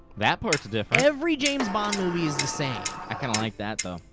that part's different. every james bond movie is the same. i kinda like that, though.